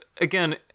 Again